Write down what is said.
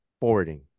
forwarding